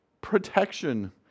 protection